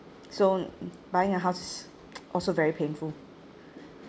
so buying a house is also very painful